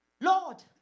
Lord